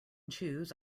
choose